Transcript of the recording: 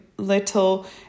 little